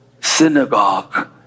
synagogue